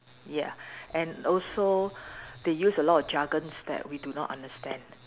ya and also they use a lot of jargons that we do not understand